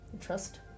trust